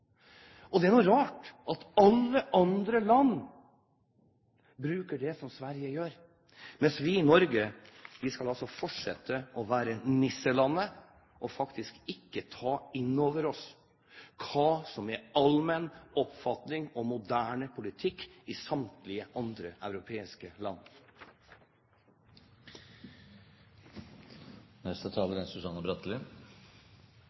tolkningsforskjellen. Det er nå rart at alle andre land tolker det slik Sverige gjør, mens vi i Norge skal fortsette å være nisselandet og faktisk ikke ta inn over oss hva som er allmenn oppfatning og moderne politikk i samtlige andre europeiske